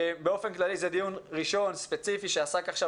באופן כללי זה דיון ראשון וספציפי שעסק עכשיו